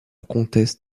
comtesse